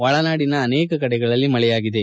ಒಳನಾಡಿನ ಅನೇಕ ಕಡೆಗಳಲ್ಲಿ ಮಳೆಯಾಗಿದೆ